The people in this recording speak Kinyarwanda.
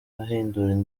ahindura